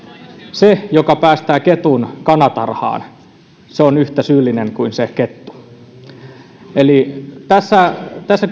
se joka päästää ketun kanatarhaan on yhtä syyllinen kuin se kettu eli tässä tässä